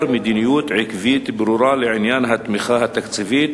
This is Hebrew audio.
מדיניות עקבית ברורה לעניין התמיכה התקציבית